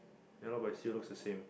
ya lor but he still looks the same